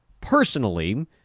personally